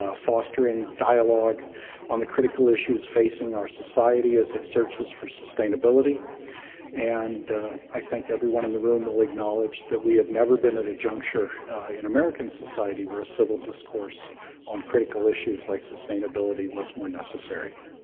ah fostering dialogue on the critical issues facing our society as it searches for sustainability and i think everyone in the room will acknowledge that we have never been at a juncture in american society where a civil discourse on critical issues like sustainability was more necessary.